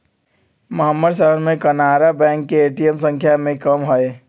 महम्मर शहर में कनारा बैंक के ए.टी.एम संख्या में कम हई